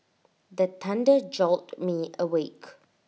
the thunder jolt me awake